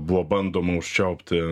buvo bandoma užčiaupti